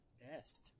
best